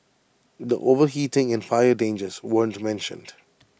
the overheating and fire dangers weren't mentioned